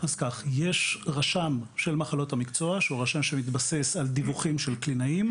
יש רשם של מחלות המקצוע שמתבסס על דיווחים של קלינאים.